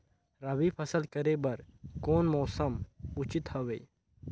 रबी फसल करे बर कोन मौसम उचित हवे?